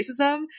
racism